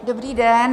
Dobrý den.